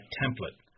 template